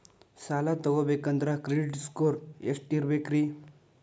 ಸಾಲ ತಗೋಬೇಕಂದ್ರ credit score ಎಷ್ಟ ಇರಬೇಕ್ರಿ?